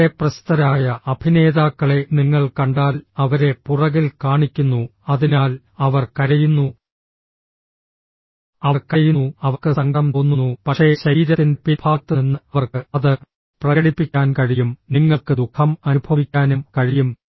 വളരെ പ്രശസ്തരായ അഭിനേതാക്കളെ നിങ്ങൾ കണ്ടാൽ അവരെ പുറകിൽ കാണിക്കുന്നു അതിനാൽ അവർ കരയുന്നു അവർ കരയുന്നു അവർക്ക് സങ്കടം തോന്നുന്നു പക്ഷേ ശരീരത്തിന്റെ പിൻഭാഗത്ത് നിന്ന് അവർക്ക് അത് പ്രകടിപ്പിക്കാൻ കഴിയും നിങ്ങൾക്ക് ദുഃഖം അനുഭവിക്കാനും കഴിയും